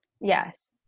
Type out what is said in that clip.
Yes